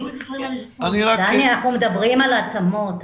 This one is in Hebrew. אנחנו מדברים על התאמות,